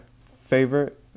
favorite